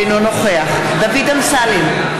אינו נוכח דוד אמסלם,